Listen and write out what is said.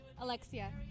Alexia